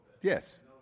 yes